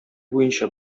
буенча